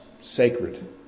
sacred